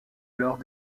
alors